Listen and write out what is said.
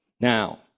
Now